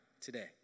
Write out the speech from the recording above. today